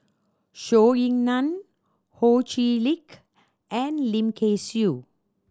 Zhou Ying Nan Ho Chee Lick and Lim Kay Siu